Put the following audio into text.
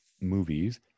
movies